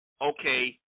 okay